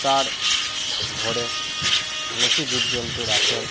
তার ঘরে অনেকই জীবজন্তু রাখেন